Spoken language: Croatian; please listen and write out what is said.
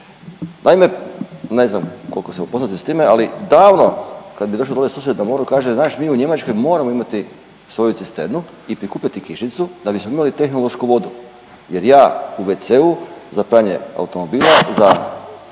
Naime, ne znam koliko ste upoznati s time, ali davno kad bi došao dole susjed na moru kaže znaš mi u Njemačkoj moramo imati svoju cisternu i prikupljati kišnicu da bismo imali tehnološku vodu jer ja u wc-u za pranje automobila, za